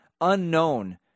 unknown